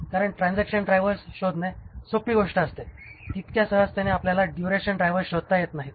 कारण transaction drivers शोधणे सोपी गोष्ट असते तितक्या सहजतेने आपल्याला ड्युरेशन ड्रायव्हर्स शोधता येत नाहीत